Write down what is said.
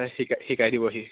শিকাই শিকাই দিবহি